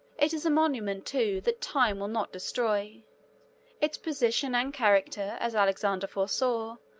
it is a monument, too, that time will not destroy its position and character, as alexander foresaw,